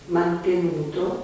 mantenuto